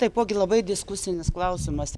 taipogi labai diskusinis klausimas